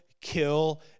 kill